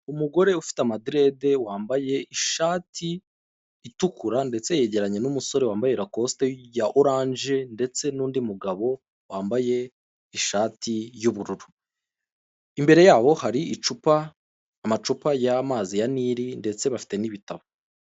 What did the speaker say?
Umugore ufite amadirede wambaye ishati itukura ndetse yegeranye n'umusore wambaye rakosite ya oranje ndetse n'undi mugabo wambaye ishati y'ubururu, imbere yabo hari amacupa y'amazi ya nili ndetse bafite n'ibitabo.